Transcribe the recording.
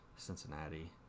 Cincinnati